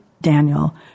Daniel